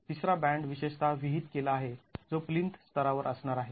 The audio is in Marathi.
तिसरा बॅन्ड विशेषत विहित केला आहे जो प्लिंथ स्तरावर असणार आहे